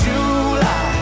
July